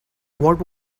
what